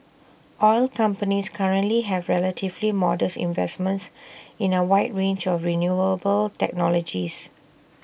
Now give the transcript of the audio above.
oil companies currently have relatively modest investments in A wide range of renewable technologies